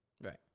Right